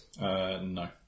No